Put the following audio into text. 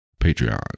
Patreon